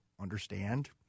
understand